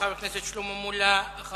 חבר הכנסת שלמה מולה, אני מודה לך.